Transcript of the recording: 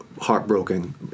heartbroken